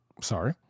sorry